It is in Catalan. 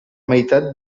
meitat